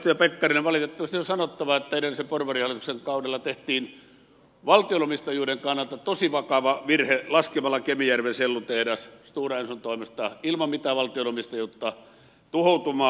edustaja pekkarinen valitettavasti on sanottava että edellisen porvarihallituksen kaudella tehtiin valtionomistajuuden kannalta tosi vakava virhe laskemalla kemijärven sellutehdas stora enson toimesta ilman mitään valtionomistajuutta tuhoutumaan